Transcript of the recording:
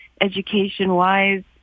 education-wise